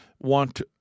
want